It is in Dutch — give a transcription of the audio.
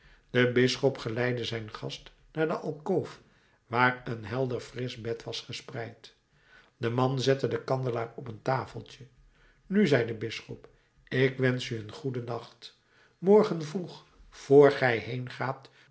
de bisschop geleidde zijn gast naar de alkoof waar een helder frisch bed was gespreid de man zette den kandelaar op een tafeltje nu zei de bisschop ik wensch u een goeden nacht morgen vroeg vr gij heengaat